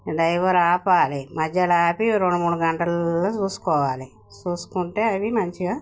driver ఆపాలి మధ్యలో ఆపి రెండు మూడు గంటలు చూసుకోవాలి చూసుకుంటే అవి మంచిగా